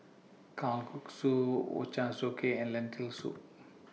Kalguksu Ochazuke and Lentil Soup